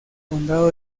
condado